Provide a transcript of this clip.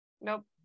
Nope